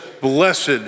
blessed